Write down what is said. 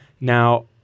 Now